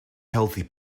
healthy